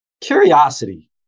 curiosity